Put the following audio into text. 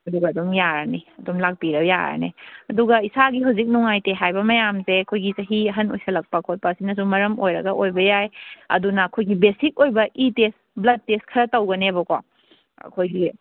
ꯑꯗꯨꯒ ꯑꯗꯨꯝ ꯌꯥꯔꯅꯤ ꯑꯗꯨꯝ ꯂꯥꯛꯄꯤꯔ ꯌꯥꯔꯅꯤ ꯑꯗꯨꯒ ꯏꯁꯥꯒꯤ ꯍꯧꯖꯤꯛ ꯅꯨꯡꯉꯥꯏꯇꯦ ꯍꯥꯏꯕ ꯃꯌꯥꯝꯁꯦ ꯑꯩꯈꯣꯏꯒꯤ ꯆꯍꯤ ꯑꯍꯟ ꯑꯣꯏꯁꯜꯂꯛꯄ ꯈꯣꯠꯄ ꯑꯁꯤꯅꯁꯨ ꯃꯔꯝ ꯑꯣꯏꯔꯒ ꯑꯣꯏꯕ ꯌꯥꯏ ꯑꯗꯨꯅ ꯑꯩꯈꯣꯏꯒꯤ ꯕꯦꯁꯤꯛ ꯑꯣꯏꯕ ꯏ ꯇꯦꯁ ꯕ꯭ꯂꯗ ꯇꯦꯁ ꯈꯔ ꯇꯧꯒꯅꯦꯕꯀꯣ ꯑꯩꯈꯣꯏꯒꯤ